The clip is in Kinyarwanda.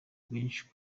benshi